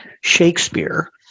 Shakespeare